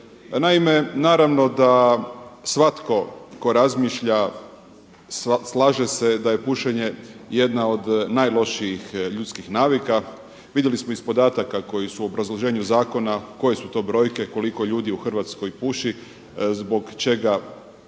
Naime, naravno da svatko tko razmišlja slaže se da je pušenje jedna od najlošijih ljudskih navika. Vidjeli smo iz podataka koji su u obrazloženju zakona koje su to brojke, koliko ljudi u Hrvatskoj puši, zbog čega ima